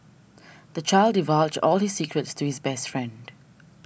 the child divulged all his secrets to his best friend